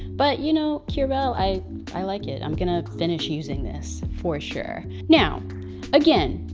but you know curel, i i like it. i'm gonna finish using this for sure. now again,